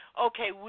okay